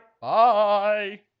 Bye